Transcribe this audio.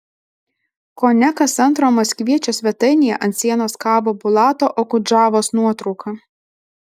kone kas antro maskviečio svetainėje ant sienos kabo bulato okudžavos nuotrauka